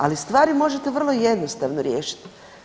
Ali stvari možete vrlo jednostavno riješiti.